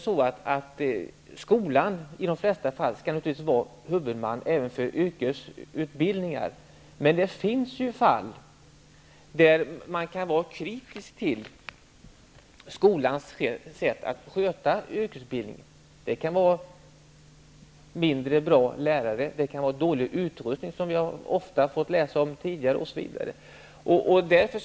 Skolan skall i de flesta fall naturligtvis vara huvudman även för yrkesutbildningen. Det finns dock fall där man kan vara kritisk till skolans sätt att sköta yrkesutbildningen. Det kan gälla mindre bra lärare och dålig utrustning, vilket vi ofta har fått läsa om.